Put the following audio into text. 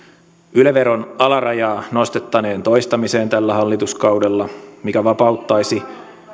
yle veron alarajaa nostettaneen toistamiseen tällä hallituskaudella mikä vapauttaisi